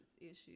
issues